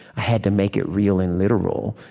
i had to make it real and literal.